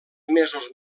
mesos